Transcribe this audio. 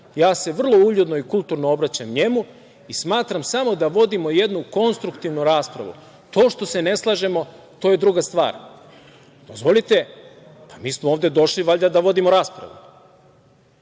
ja se vrlo uljudno i kulturno obraćam njemu i smatram samo da vodimo jednu konstruktivnu raspravu. To što se ne slažemo, to je druga stvar. Mi smo ovde došli valjda da vodimo raspravu.